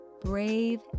brave